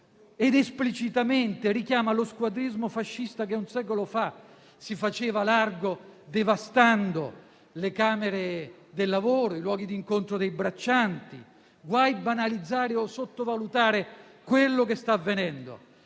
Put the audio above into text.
ed esplicitamente richiama lo squadrismo fascista che un secolo fa si faceva largo devastando le camere del lavoro, operaie e i luoghi di incontro dei braccianti. Guai a banalizzare o a sottovalutare quello che sta avvenendo.